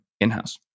in-house